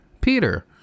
peter